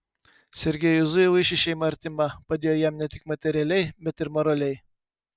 sergiejui zujevui ši šeima artima padėjo jam ne tik materialiai bet ir moraliai